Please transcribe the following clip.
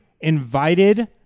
invited